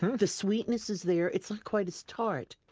the sweetness is there. it's not quite as tart